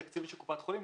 בתקציב של קופת החולים,